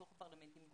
בתוך הפרלמנטים,